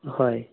হয়